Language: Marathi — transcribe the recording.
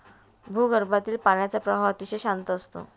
भूगर्भातील पाण्याचा प्रवाह अतिशय शांत असतो